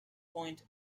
point